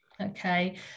okay